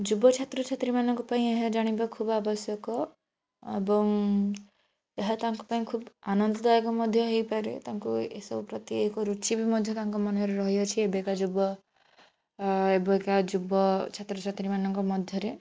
ଯୁବ ଛାତ୍ରଛାତ୍ରୀ ମାନଙ୍କ ପାଇଁ ଏହା ଜାଣିବା ଖୁବ୍ ଆବଶ୍ୟକ ଏବଂ ଏହା ତାଙ୍କ ପାଇଁ ଖୁବ୍ ଆନନ୍ଦଦାୟକ ମଧ୍ୟ ହୋଇପାରେ ତାଙ୍କୁ ଏସବୁ ପ୍ରତି ଏକ ରୁଚି ବି ମଧ୍ୟ ତାଙ୍କ ମନରେ ରହିଅଛି ଏବେକା ଯୁବ ଏବେକା ଯୁବ ଛାତ୍ରଛାତ୍ରୀମାନଙ୍କ ମଧ୍ୟରେ